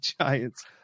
Giants